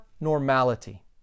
normality